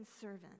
servant